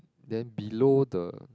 then below the